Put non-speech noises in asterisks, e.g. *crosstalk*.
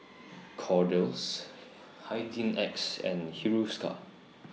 *noise* Kordel's Hygin X and Hiruscar